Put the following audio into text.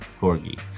corgi